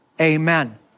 Amen